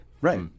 Right